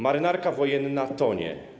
Marynarka Wojenna tonie.